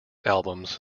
albums